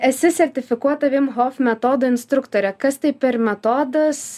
esi sertifikuota vim hof metodo instruktorė kas tai per metodas